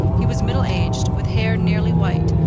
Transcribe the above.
he was middle-aged, with hair nearly white,